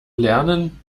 lernen